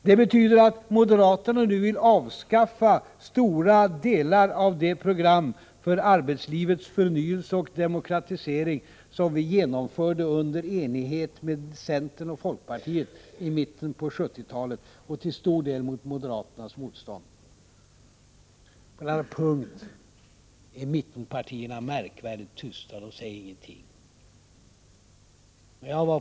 Det betyder att moderaterna nu vill avskaffa stora delar av det program för arbetslivets förnyelse och demokratisering som vi genomförde under enighet med centern och folkpartiet i mitten av 1970-talet, till stor del mot moderaternas motstånd. På denna punkt är mittenpartierna märkvärdigt tysta, de säger ingenting.